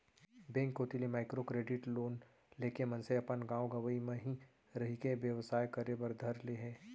bank कोती ले micro credit loan लेके मनसे अपन गाँव गंवई म ही रहिके बेवसाय करे बर धर ले हे